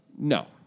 No